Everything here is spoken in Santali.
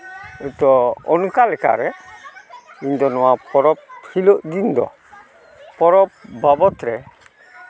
ᱦᱚᱭᱛᱳ ᱚᱱᱠᱟ ᱞᱮᱠᱟ ᱨᱮ ᱤᱧ ᱫᱚ ᱯᱚᱨᱚᱵᱽ ᱦᱤᱞᱳᱜ ᱫᱤᱱ ᱫᱚ ᱯᱚᱨᱚᱵᱽ ᱵᱟᱵᱚᱛ ᱨᱮ